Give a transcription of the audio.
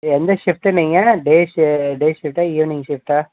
எந்த ஷிஃபிட் நீங்கள் day shift day ஷிஃப்ட்டா ஈவினிங் ஷிஃப்ட்டா